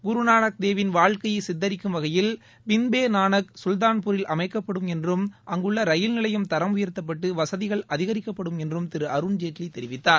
குருநானக் தேவ் ன் வாழ்க்கையை சித்தரிக்கும் வகையில் பிந்த் பே நானக் கல்தான்பூரில் அமைக்கப்படும் என்றும் அங்குள்ள ரயில் நிலையம் தரம் உயர்த்தப்பட்டு வசதிகள் அதிகரிக்கப்படும் என்றும் திரு அருண்ஜேட்லி தெரிவித்தார்